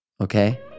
okay